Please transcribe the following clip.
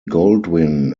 goldwyn